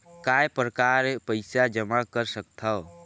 काय प्रकार पईसा जमा कर सकथव?